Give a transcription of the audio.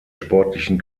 sportlichen